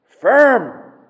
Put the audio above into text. firm